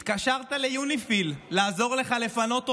התקשרת ליוניפי"ל, לעזור לך לפנות אותם.